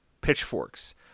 Pitchforks